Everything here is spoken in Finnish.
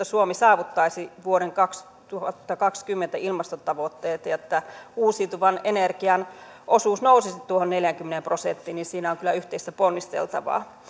suomi saavuttaisi nuo vuoden kaksituhattakaksikymmentä kovat ilmastotavoitteet ja ja uusiutuvan energian osuus nousisi tuohon neljäänkymmeneen prosenttiin siinä on kyllä yhteistä ponnisteltavaa